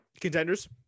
contenders